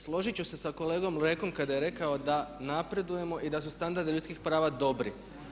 Složit ću se sa kolegom Lekom kada je rekao da napredujemo i da su standardi ljudskih prava dobri.